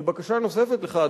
ובקשה נוספת אליך,